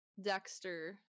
Dexter